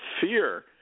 fear